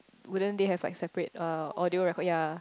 wouldn't they have separate uh audio record ya